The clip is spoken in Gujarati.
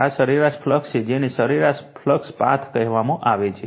આ સરેરાશ ફ્લક્સ છે જેને સરેરાશ ફ્લક્સ પાથ કહેવામાં આવે છે